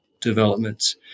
developments